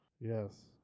Yes